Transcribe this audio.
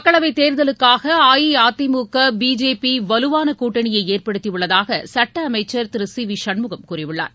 மக்களவை தேர்தலுக்காக அஇஅதிமுக பிஜேபி வலுவான கூட்டனியை ஏற்படுத்தி உள்ளதாக சுட்ட அமைச்சர் திரு சி வி சண்முகம் கூறியுள்ளார்